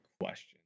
question